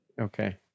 Okay